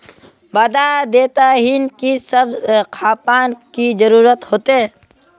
बता देतहिन की सब खापान की जरूरत होते?